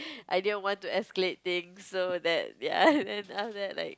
I didn't want to escalate things so that ya and then after that like